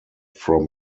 from